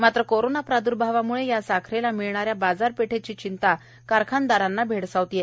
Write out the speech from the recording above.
मात्र कोरोना प्राद्र्भावाम्ळं या साखरेला मिळणाऱ्या बाजारपेठेची चिंता कारखान्यांना भेडसावत आहे